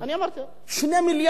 2 מיליארד שקל